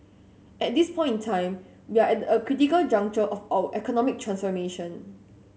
at this point in time we are at a critical juncture of our economic transformation